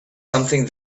something